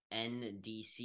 NDC